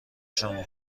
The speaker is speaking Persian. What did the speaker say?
شما